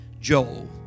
Joel